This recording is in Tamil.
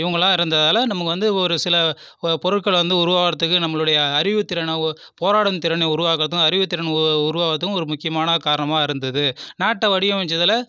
இவர்களாம் இருந்ததாலே நமக்கு வந்து ஒரு சில பொருட்கள் வந்து உருவாகுறதுக்கு நம்பளுடைய அறிவுத்திறனை போராடும் திறனை உருவாகுறதுக்கும் அறிவு திறன் உருவாகுறதுக்கும் ஒரு முக்கியமான காரணமாக இருந்தது நாட்டை வடிவமைச்சதில்